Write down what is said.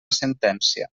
sentència